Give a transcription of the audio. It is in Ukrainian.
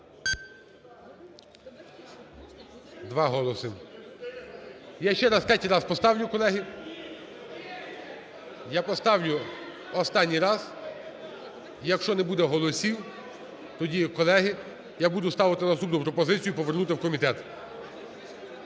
Два голоси. Я ще раз, третій раз, поставлю, колеги. (Шум в залі) Я поставлю останній раз. Якщо не буде голосів, тоді, колеги, я буду ставити наступну пропозицію: повернути в комітет.